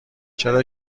چرا